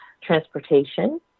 transportation